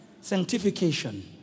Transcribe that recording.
Sanctification